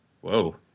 Whoa